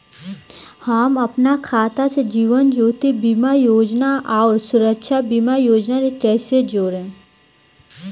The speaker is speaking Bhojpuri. हम अपना खाता से जीवन ज्योति बीमा योजना आउर सुरक्षा बीमा योजना के कैसे जोड़म?